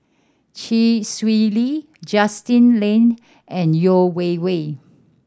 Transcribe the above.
Chee Swee Lee Justin Lean and Yeo Wei Wei